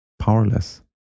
powerless